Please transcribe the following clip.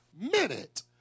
minute